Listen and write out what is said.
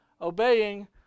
obeying